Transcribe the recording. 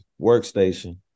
workstation